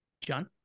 John